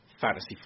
fantasy